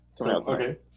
Okay